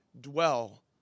dwell